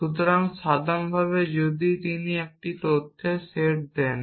সুতরাং সাধারণভাবে যদি তিনি তথ্যের একটি সেট দেন